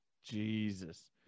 Jesus